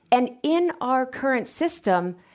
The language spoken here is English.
and in our current system,